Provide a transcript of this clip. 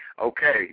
okay